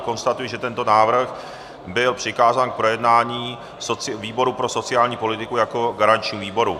Konstatuji, že tento návrh byl přikázán k projednání výboru pro sociální politiku jako garančnímu výboru.